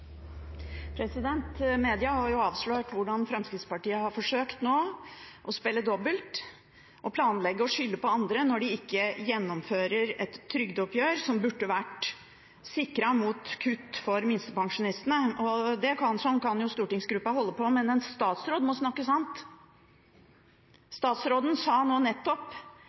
trygdeoppgjør. Media har jo avslørt hvordan Fremskrittspartiet har forsøkt å spille dobbelt – å planlegge å skylde på andre når de ikke gjennomfører et trygdeoppgjør som burde vært sikret mot kutt for minstepensjonistene. Sånn kan jo stortingsgruppa holde på, men en statsråd må snakke sant. Statsråden sa nå nettopp